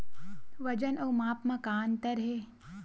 वजन अउ माप म का अंतर हे?